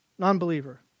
non-believer